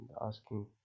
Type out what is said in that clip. asking